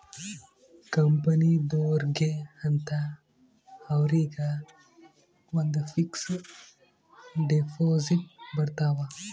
ಕಂಪನಿದೊರ್ಗೆ ಅಂತ ಅವರಿಗ ಒಂದ್ ಫಿಕ್ಸ್ ದೆಪೊಸಿಟ್ ಬರತವ